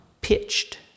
pitched